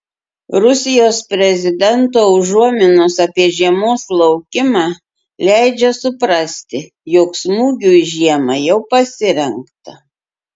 rusijos prezidento užuominos apie žiemos laukimą leidžia suprasti jog smūgiui žiemą jau pasirengta